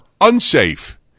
unsafe